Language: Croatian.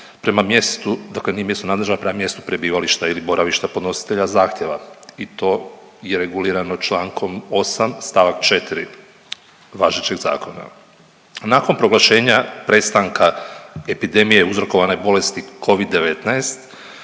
prema mjestu dakle nije mjesno nadležna prema mjestu prebivališta ili boravišta podnositelja zahtjeva i to je regulirano čl. 8. st. 4. važećeg zakona. Nakon proglašenja prestanka epidemije uzrokovane bolesti covid-19